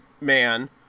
man